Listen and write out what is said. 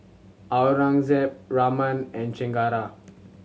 Aurangzeb Raman and Chengara